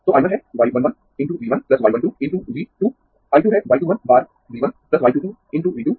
तो I 1 है y 1 1 × V 1 y 1 2 × V 2 I 2 है y 2 1 बार V 1 y 2 2 × V 2